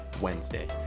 Wednesday